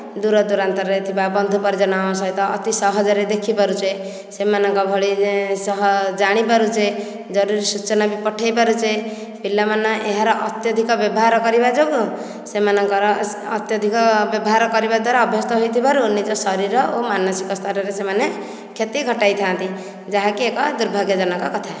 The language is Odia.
ଦୂର ଦୁରାନ୍ତରରେ ଥିବା ବନ୍ଧୁ ପରିଜନଙ୍କ ସହିତ ଅତି ସହଜରେ ଦେଖି ପାରୁଛେ ସେମାନଙ୍କ ଭଳି ସହ ଜାଣି ପାରୁଛେ ଜରୁରୀ ସୂଚନା ବି ପଠାଇ ପାରୁଛେ ପିଲାମାନେ ଏହାର ଅତ୍ୟଧିକ ବ୍ୟବହାର କରିବା ଯୋଗୁଁ ସେମାନଙ୍କର ଅତ୍ୟଧିକ ବ୍ୟବହାର କରିବା ଦ୍ୱାରା ଅଭ୍ୟସ୍ଥ ହୋଇଥିବାରୁ ନିଜ ଶରୀର ଓ ମାନସିକ ସ୍ଥରରେ ସେମାନେ କ୍ଷତି ଘଟାଇ ଥାନ୍ତି ଯାହାକି ଏକ ଦୁର୍ଭାଗ୍ୟ ଜନକ କଥା